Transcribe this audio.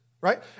right